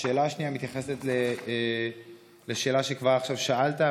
2. השאלה השנייה מתייחסת לשאלה שכבר עכשיו שאלת,